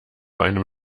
einem